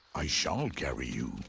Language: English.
i shall carry you,